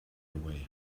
away